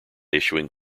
issuing